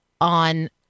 on